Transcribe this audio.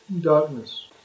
darkness